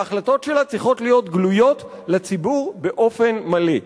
וההחלטות שלה צריכות להיות גלויות לציבור באופן מלא.